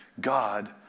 God